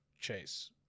chase